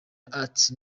arts